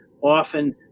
often